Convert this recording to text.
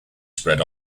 spread